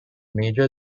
major